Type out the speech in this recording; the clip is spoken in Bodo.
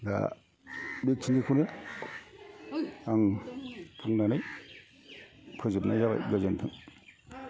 दा बेखिनिखौनो आं बुंनानै फोजोबनाय जाबाय गोजोन्थों